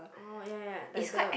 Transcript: oh ya ya like the